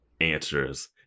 answers